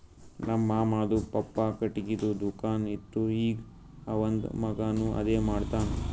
ನಮ್ ಮಾಮಾದು ಪಪ್ಪಾ ಖಟ್ಗಿದು ದುಕಾನ್ ಇತ್ತು ಈಗ್ ಅವಂದ್ ಮಗಾನು ಅದೇ ಮಾಡ್ತಾನ್